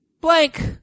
blank